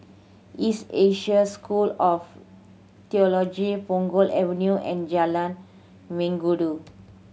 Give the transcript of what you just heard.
East Asia School of Theology Punggol Avenue and Jalan Mengkudu